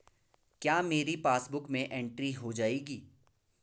क्या मेरी पासबुक में एंट्री हो जाएगी?